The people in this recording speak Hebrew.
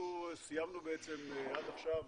אנחנו סיימנו עד עכשיו